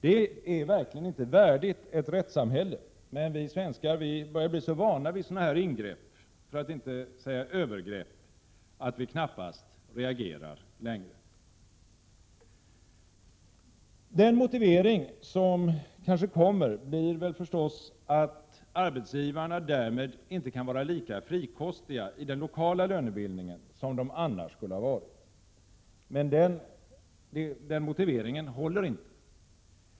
Det är verkligen inte värdigt ett rättssamhälle. men vi svenskar börjar bli så vana vid sådana här ingrepp - för att inte säga övergrepp — att vi knappast reagerar längre. Den motivering som kanske kommer blir väl förstås att arbetsgivarna därmed inte kan vara lika frikostiga i den lokala lönebildningen som de annars skulle ha varit. Men den motiveringen håller inte.